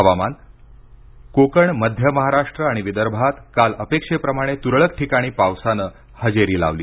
हवामान हवामान कोकण मध्य महाराष्ट्र आणि विदर्भात काल अपेक्षेप्रमाणे तुरळक ठिकाणी पावसानं हजेरी लावली